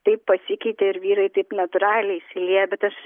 taip pasikeitė ir vyrai taip natūraliai įsilieja bet aš